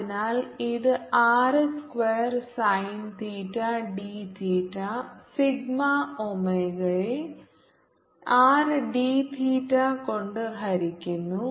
അതിനാൽ ഇത് R square sine theta D theta sigma ഒമേഗയെ R d തീറ്റ കൊണ്ട് ഹരിക്കുന്നു